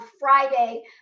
Friday